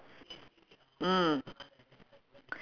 mm